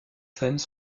scènes